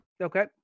okay